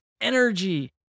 energy